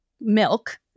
milk